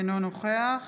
אינו נוכח